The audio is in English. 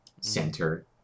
center